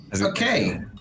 Okay